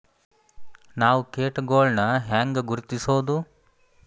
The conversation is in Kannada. ನಾವ್ ಕೇಟಗೊಳ್ನ ಹ್ಯಾಂಗ್ ಗುರುತಿಸೋದು?